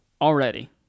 Already